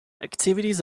activities